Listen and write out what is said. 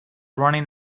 running